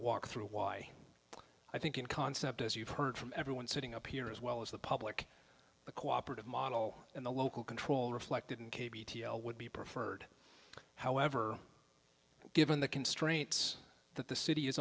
to walk through why i think in concept as you've heard from everyone sitting up here as well as the public the cooperative model in the local control reflected in k b would be preferred however given the constraints that the city is